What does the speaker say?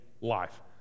life